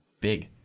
big